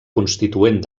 constituent